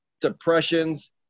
depressions